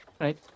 Right